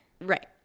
Right